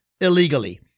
illegally